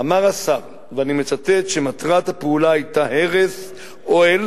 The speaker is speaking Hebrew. אמר השר: "מטרת הפעולה היתה הרס אוהל